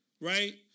right